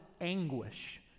anguish